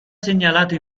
segnalato